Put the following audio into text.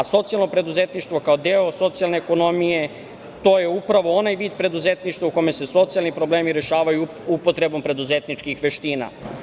Socijalno preduzetništvo, kao deo socijalne ekonomije, to je upravo onaj vid preduzetništva u kome se socijalni problemi rešavaju upotrebom preduzetničkih veština.